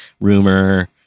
rumor